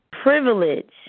privilege